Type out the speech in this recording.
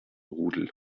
rudel